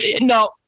No